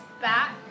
back